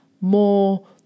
more